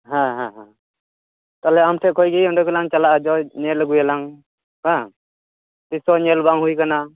ᱦᱮᱸ ᱦᱮᱸ ᱦᱮᱸ ᱛᱟᱦᱚᱞᱮ ᱟᱢ ᱴᱷᱮᱜ ᱠᱷᱚᱡ ᱜᱮ ᱚᱸᱰᱮ ᱫᱚ ᱞᱟᱝ ᱪᱟᱞᱟᱜᱼᱟ ᱡᱚᱭ ᱧᱮᱞ ᱟ ᱜᱩᱭᱟᱞᱟᱝ ᱵᱟᱝ ᱛᱤᱥᱚᱜ ᱧᱮᱞ ᱵᱟᱝ ᱦᱩᱭᱟᱠᱟᱱᱟ